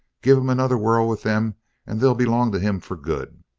give him another whirl with them and they'll belong to him for good.